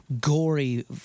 gory